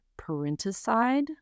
Parenticide